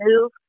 move